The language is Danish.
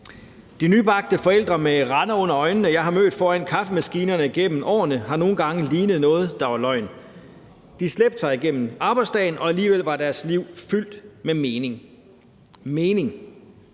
De nybagte forældre med rande under øjnene, jeg har mødt foran kaffemaskinerne igennem årene, har nogle gange lignet noget, der var løgn. De slæbte sig igennem arbejdsdagen, og alligevel var deres liv fyldt med mening – mening